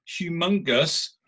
humongous